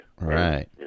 Right